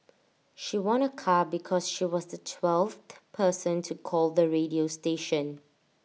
she won A car because she was the twelfth person to call the radio station